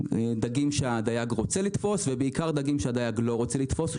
דגים שהדייג רוצה לתפוס ובעיקר דגים שהדייג לא רוצה לתפוס,